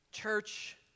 Church